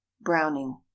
browning